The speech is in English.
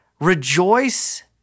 rejoice